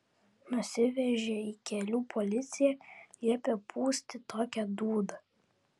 nusivežė į kelių policiją liepė pūsti tokią dūdą